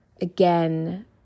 again